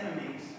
enemies